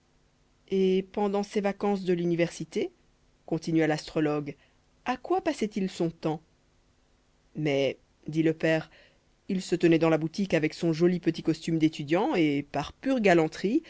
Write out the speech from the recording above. et pendant ses vacances de l'université continua l'astrologue à quoi passait-il son temps mais dit le père il se tenait dans la boutique avec son joli petit costume d'étudiant et par pure galanterie